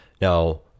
now